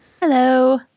Hello